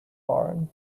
barn